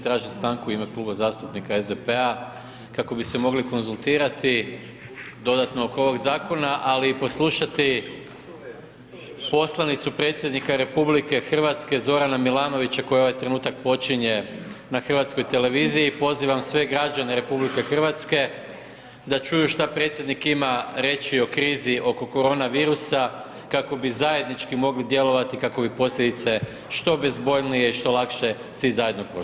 Tražim stanku u ime Kluba zastupnika SDP-a kako bi se mogli konzultirati dodatno oko ovog zakona, ali i poslušati poslanicu predsjednika RH Zorana Milanovića koji ovaj trenutak počinje na HTV-u, pozivam sve građane RH da čuju šta predsjednik ima reći o krizi oko koronavirusa kako bi zajednički mogli djelovati, kako bi posljedice što bezbolnije i što lakše svi zajedno